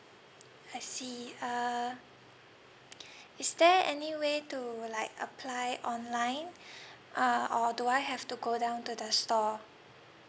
I see uh is there any way to like apply online uh or do I have to go down to the store